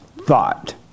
thought